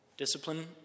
Discipline